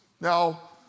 Now